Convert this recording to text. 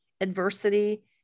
adversity